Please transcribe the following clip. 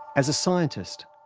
as a scientist,